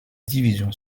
division